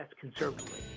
conservatively